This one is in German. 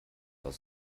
aus